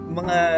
mga